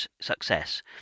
success